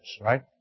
right